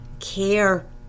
care